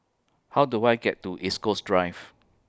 How Do I get to East Coast Drive